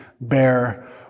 bear